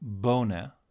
b'ona